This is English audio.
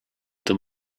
them